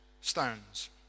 stones